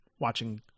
watching